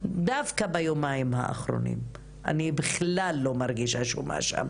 דווקא ביומיים האחרונים אני בכלל לא מרגישה שום אשם.